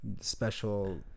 special